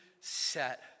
set